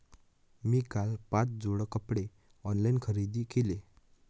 मी काल पाच जोड कपडे ऑनलाइन खरेदी केले